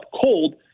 cold